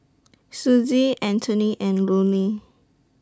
Sussie Antony and Lonie